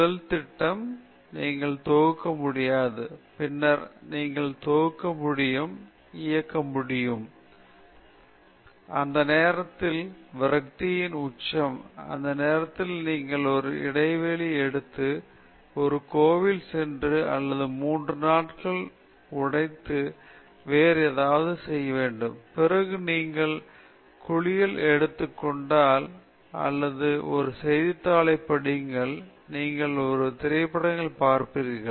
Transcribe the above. முதல் முதல் திட்டம் நீங்கள் தொகுக்க முடியாது பின்னர் நீங்கள் தொகுக்க முடியும் நீங்கள் இயக்க முடியும் நீங்கள் இயங்கும் போது அது குப்பைக்கு கொடுக்கிறது ஒரு கட்டம் வரும் நான் எல்லாவற்றையும் செய்திருக்கிறேன் இந்த முட்டாள் தனமானவர் சரியான பதில் கொடுக்கவில்லை அந்த நேரத்தில் விரக்தியின் உச்சம் அந்த நேரத்தில் நீங்கள் ஒரு இடைவெளி எடுத்து ஒரு கோவில் சென்று அல்லது மூன்று நான்கு நாட்கள் உடைத்து வேறு ஏதாவது செய்ய வேண்டும் பிறகு நீங்கள் குளியல் எடுத்துக்கொண்டால் அல்லது ஒரு செய்தித்தாளைப் படியுங்கள் அல்லது நீங்கள் ஒரு திரைப்படத்தைப் பார்ப்பீர்கள்